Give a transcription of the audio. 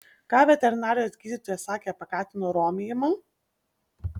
ką veterinarijos gydytojas sakė apie katino romijimą